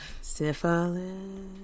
syphilis